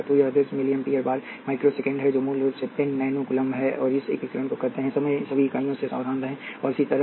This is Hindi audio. तो यह 10 मिली एम्पीयर बार माइक्रो सेकेंड है जो मूल रूप से 10 नैनो कूलम्ब है इस एकीकरण को करते समय सभी इकाइयों से सावधान रहें और इसी तरह